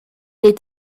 est